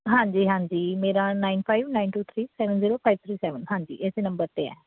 ਹਾਂਜੀ ਹਾਂਜੀ ਮੇਰਾ nine five nine two three seven zero five three seven ਹਾਂਜੀ ਇਸੇ ਨੰਬਰ 'ਤੇ ਹੈ